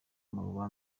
muba